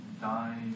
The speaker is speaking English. die